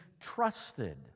trusted